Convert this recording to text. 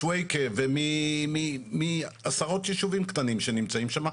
משוויכה ומעשרות ישובים קטנים שנמצאים שם,